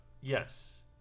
yes